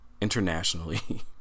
internationally